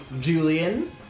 Julian